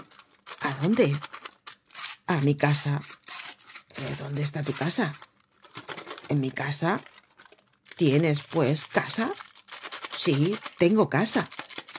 generated at a nú casa dónde está tu casa en mi casa tienes pues casa sí tengo casa